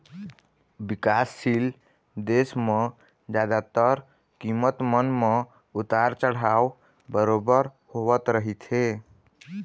बिकासशील देश म जादातर कीमत मन म उतार चढ़ाव बरोबर होवत रहिथे